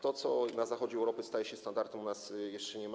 To, co na zachodzie Europy staje się standardem, u nas jeszcze nie ma miejsca.